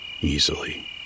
easily